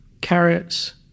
carrots